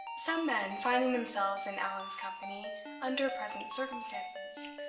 some men, finding themselves in allan's company under present circumstances,